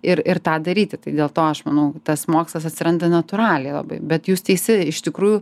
ir ir tą daryti tai dėl to aš manau tas mokslas atsiranda natūraliai labai bet jūs teisi iš tikrųjų